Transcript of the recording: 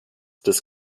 des